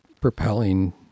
propelling